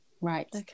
Right